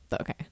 Okay